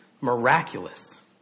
miraculous